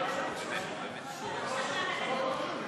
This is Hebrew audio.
והרוב הדרוש לשינוין)